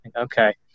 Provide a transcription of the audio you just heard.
Okay